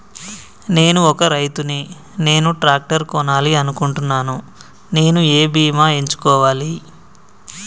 నేను ఒక రైతు ని నేను ట్రాక్టర్ కొనాలి అనుకుంటున్నాను నేను ఏ బీమా ఎంచుకోవాలి?